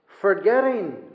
forgetting